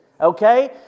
okay